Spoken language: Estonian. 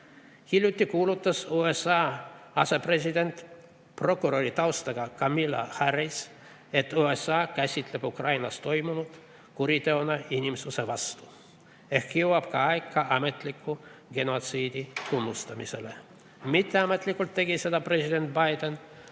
Hiljuti kuulutas USA asepresident, prokuröritaustaga Kamala Harris, et USA käsitleb Ukrainas toimunut kuriteona inimsuse vastu. Ehk jõuab ta ka ametliku genotsiidi tunnustamiseni. Mitteametlikult tegi seda president Biden